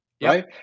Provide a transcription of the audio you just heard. right